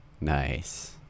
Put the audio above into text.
nice